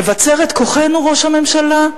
לבצר את כוחנו, ראש הממשלה?